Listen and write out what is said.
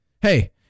Hey